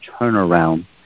turnaround